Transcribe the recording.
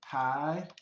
hi,